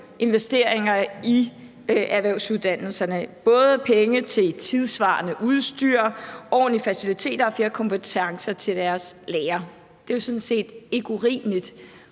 investeringer i erhvervsuddannelserne, både penge til tidssvarende udstyr, ordentlige faciliteter og flere kompetencer til deres lærere. Det er jo sådan set ikke urimeligt.